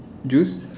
juice